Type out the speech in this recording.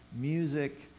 music